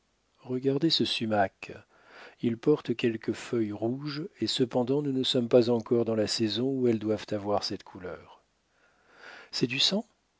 regardez ce sumac il porte quelques feuilles rouges et cependant nous ne sommes pas encore dans la saison où elles doivent avoir cette couleur c'est du sang